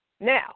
Now